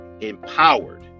Empowered